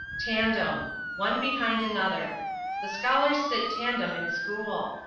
tandem one behind another the scholars sit tandem in school.